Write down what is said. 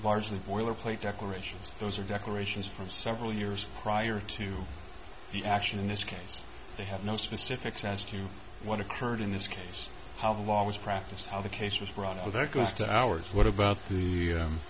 largely boilerplate declarations those are declarations from several years prior to the action in this case they have no specifics as to what occurred in this case how the law was practiced how the case was run all that goes to ours what about the